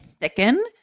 thicken